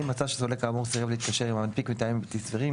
אם מצא שסולק כאמור סירב להתקשר עם המנפיק מטעמים בלתי סבירים,